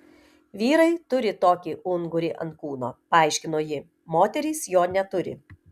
vyrai turi tokį ungurį ant kūno paaiškino ji moterys jo neturi